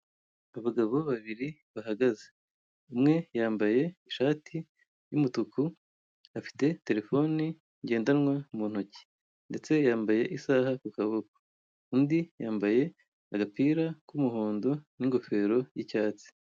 Abagabo babiri bahagaze umwe yambaye ishati y' umutuku afite terefone ngendanwa mu ntoki ndetse yambaye isaha ku kaboko undi yambaye agapira k' umuhondo n' ingofero y' icyatsi.